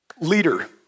leader